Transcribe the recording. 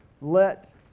let